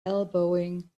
elbowing